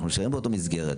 אנחנו נשארים באותה מסגרת,